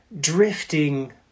drifting